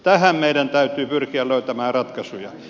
tähän meidän täytyy pyrkiä löytämään ratkaisuja